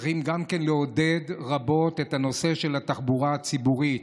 צריכים גם לעודד רבות את נושא התחבורה הציבורית.